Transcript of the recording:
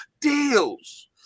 deals